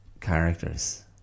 characters